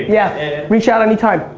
yeah. reach out any time.